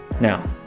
Now